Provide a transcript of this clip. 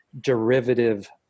derivative